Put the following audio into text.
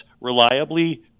reliably